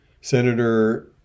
Senator